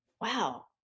Wow